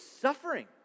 suffering